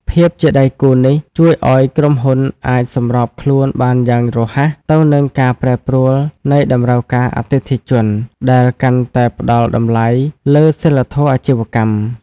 ភាពជាដៃគូនេះជួយឱ្យក្រុមហ៊ុនអាចសម្របខ្លួនបានយ៉ាងរហ័សទៅនឹងការប្រែប្រួលនៃតម្រូវការអតិថិជន ដែលកាន់តែផ្ដល់តម្លៃលើសីលធម៌អាជីវកម្ម។